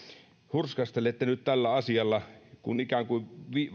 hurskastelette nyt tällä asialla ikään kuin